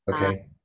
Okay